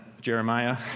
Jeremiah